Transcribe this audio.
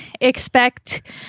expect